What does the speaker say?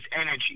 energy